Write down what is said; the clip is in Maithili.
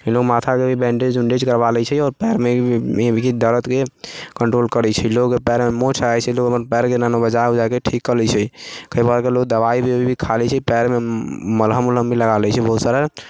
लोग माथाके भी बैन्डेज उन्डेज करबा लै छै आओर पयरमे भी दरदके कन्ट्रोल करै छै लोग पयरमे मोच आइ जाइ छै तऽ अपन पयरके बजा वजाके ठीक कए लै छै कइ बार लोग दवाइ भी खा लै छै पयरमे मलहम वलहम भी लगा लै छै बहुत सारा